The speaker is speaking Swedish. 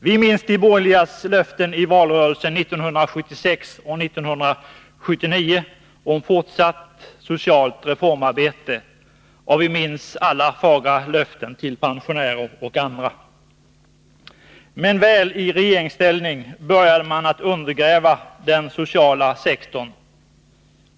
Vi minns de borgerligas löften i valrörelsen 1976 och 1979 om fortsatt socialt reformarbete, och vi minns alla fagra löften till pensionärer och andra. Men väli regeringsställning började man att undergräva den sociala sektorn.